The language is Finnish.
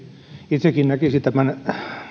itsekin näkisin tämän